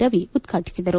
ರವಿ ಉದ್ಘಾಟಿಸಿದರು